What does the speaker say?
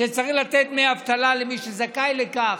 שצריך לתת דמי אבטלה למי שזכאי לכך,